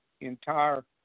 entire